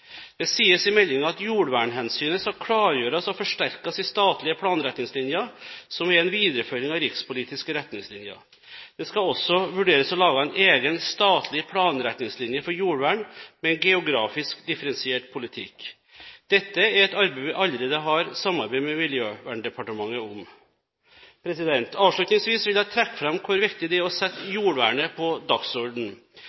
Det sies i meldingen at jordvernhensynet skal klargjøres og forsterkes i statlige planretningslinjer, som er en videreføring av rikspolitiske retningslinjer. Det skal også vurderes å lage en egen statlig planretningslinje for jordvern med en geografisk differensiert politikk. Dette er et arbeid vi allerede har samarbeid med Miljøverndepartementet om. Avslutningsvis vil jeg trekke fram hvor viktig det er å sette